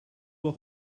auch